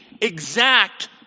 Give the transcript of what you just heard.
exact